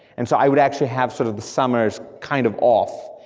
and so i would actually have sort of the summers kind of off,